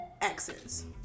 exes